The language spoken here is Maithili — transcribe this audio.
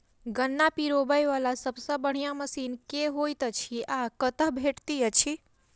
गन्ना पिरोबै वला सबसँ बढ़िया मशीन केँ होइत अछि आ कतह भेटति अछि?